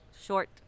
short